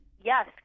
Yes